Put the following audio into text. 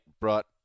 brought